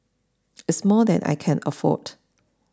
it's more than I can afford